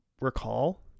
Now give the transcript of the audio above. recall